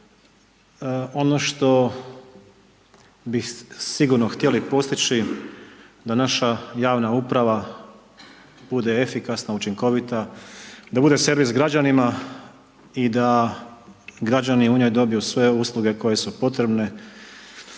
ono što bih sigurno htjeli postići da naša javna uprava bude efikasna, učinkovita, da bude servis građanima i da građani u njoj dobiju sve usluge koje su potrebne,